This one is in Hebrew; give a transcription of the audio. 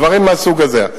או דברים מהסוג הזה.